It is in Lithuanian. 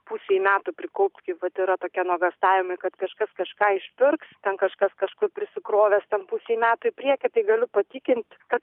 pusei metų prikaupt kaip vat yra tokie nuogąstavimai kad kažkas kažką išpirks ten kažkas kažko prisikrovęs ten pusei metų į priekį tai galiu patikinti kad